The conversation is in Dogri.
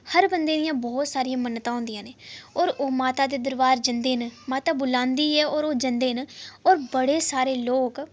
हर बंदे दियां बहुत सारियां मन्नतां होंदियां न और ओह् माता दे दरबार जंदे न माता बुलांदी ऐ और ओह् जंदे न और बड़े सारे लोक